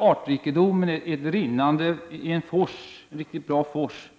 Artrikedomen i ett rinnande vatten, en riktigt bra fors,